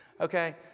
okay